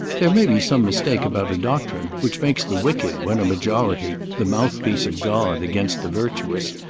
there may be some mistake about a doctrine which makes the wicked, when a majority, the mouthpiece of god against the virtuous,